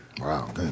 Wow